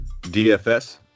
DFS